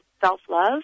self-love